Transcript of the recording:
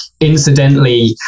incidentally